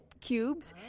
cubes